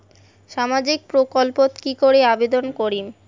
সামাজিক প্রকল্পত কি করি আবেদন করিম?